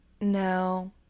No